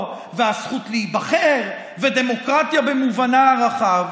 והזכות להיבחר ודמוקרטיה במובנה הרחב,